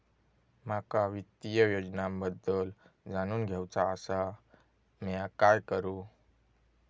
माका वित्तीय योजनांबद्दल जाणून घेवचा आसा, म्या काय करू?